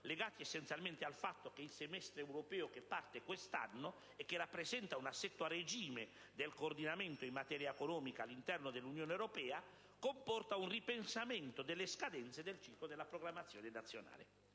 legati essenzialmente al fatto che il semestre europeo che parte quest'anno e che rappresenta un assetto a regime del coordinamento in materia economica all'interno dell'Unione europea comporta un ripensamento delle scadenze del ciclo della programmazione nazionale.